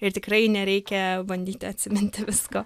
ir tikrai nereikia bandyti atsiminti visko